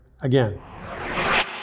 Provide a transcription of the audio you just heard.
again